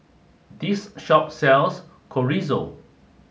this shop sells Chorizo